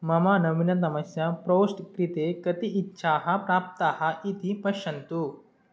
मम नवीनतमस्य पोस्ट् कृते कति इच्छाः प्राप्ताः इति पश्यन्तु